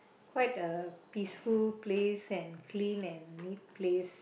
quite a peaceful place and clean and neat place